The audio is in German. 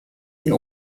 den